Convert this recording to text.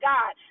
god